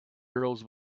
girls